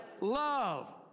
love